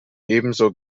ebenso